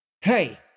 Hey